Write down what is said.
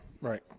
right